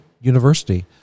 University